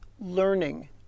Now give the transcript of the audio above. learning